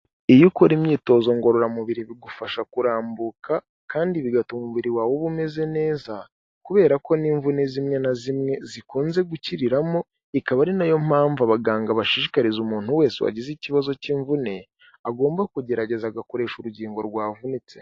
Iyo ukora imyitozo ngororamubiri bigufasha kurambuka kandi bigatuma umubiri wawe uba umeze neza kubera ko ni ho imvune zimwe na zimwe zikunze gukiriramo, ikaba ari na yo mpamvu abaganga bashishikariza umuntu wese wagize ikibazo cy'imvune, agomba kugerageza agakoresha urugingo rwavunitse.